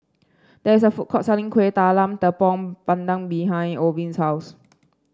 there is a food court selling Kueh Talam Tepong Pandan behind Orvin's house